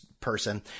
person